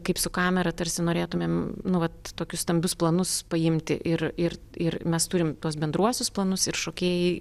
kaip su kamera tarsi norėtumėm nu vat tokius stambius planus paimti ir ir ir mes turim tuos bendruosius planus ir šokėjai